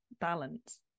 balance